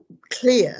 clear